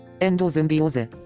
Endosymbiose